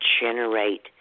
generate